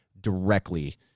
directly